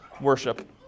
worship